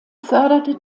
förderte